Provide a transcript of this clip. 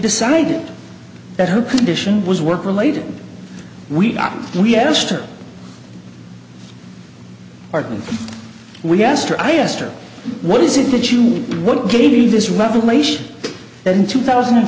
decided that her condition was work related we we asked her part and we asked her i asked her what is it that you would give me this revelation that in two thousand and